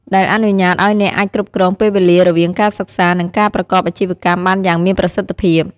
ដែលអនុញ្ញាតឲ្យអ្នកអាចគ្រប់គ្រងពេលវេលារវាងការសិក្សា និងការប្រកបអាជីវកម្មបានយ៉ាងមានប្រសិទ្ធភាព។